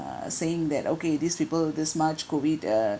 saying that okay these people this march COVID uh